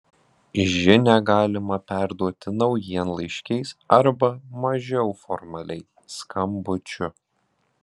žinią galimą perduoti naujienlaiškiais arba mažiau formaliai skambučiu